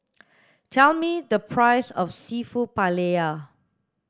tell me the price of Seafood Paella